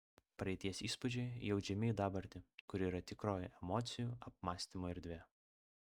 praeities įspūdžiai įaudžiami į dabartį kuri yra tikroji emocijų apmąstymų erdvė